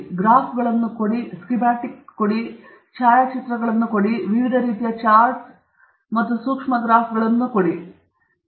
ನೀವು ಗ್ರಾಫ್ಗಳನ್ನು ಹೊಂದಬಹುದು ಸ್ಕೀಮ್ಯಾಟಿಕ್ಸ್ ಹೊಂದಬಹುದು ಛಾಯಾಚಿತ್ರಗಳನ್ನು ಹೊಂದಬಹುದು ನೀವು ವಿವಿಧ ರೀತಿಯ ಚಾರ್ಟ್ಗಳನ್ನು ಮತ್ತು ವಿವಿಧ ರೀತಿಯ ಸೂಕ್ಷ್ಮ ಗ್ರಾಫ್ಗಳನ್ನು ಹೊಂದಬಹುದು ಇತ್ಯಾದಿ